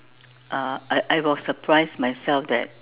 uh I I was surprised myself that